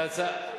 אנחנו מוכנים.